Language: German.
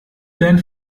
band